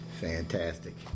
fantastic